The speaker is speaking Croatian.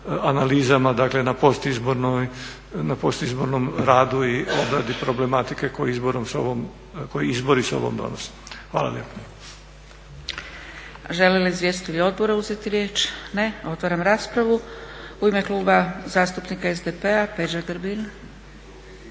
analizama, dakle na postizbornom radu i obradi problematike koju izbori sa sobom donose. Hvala lijepa. **Zgrebec, Dragica (SDP)** Žele li izvjestitelji odbora uzeti riječ? Ne. Otvaram raspravu. U ime kluba Zastupnika SDP-a Peđa Grbin.